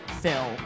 Phil